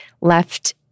left